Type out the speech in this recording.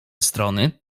strony